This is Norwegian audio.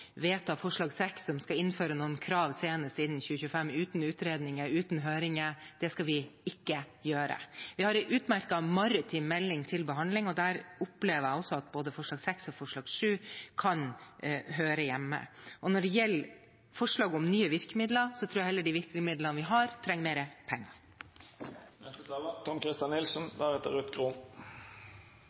vedta forslag nr. 6, om å innføre krav senest innen 2025, uten utredninger og uten høringer, skal vi ikke gjøre. Vi har en utmerket maritim melding til behandling, og jeg opplever at både forslag nr. 6 og forslag nr. 7 kan høre hjemme der. Når det gjelder forslaget om nye virkemidler, tror jeg heller de virkemidlene vi har, trenger mer penger. Jeg vil starte der siste taler